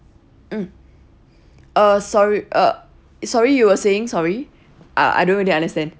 mm uh sor~ uh sorry you were saying sorry I I don't really understand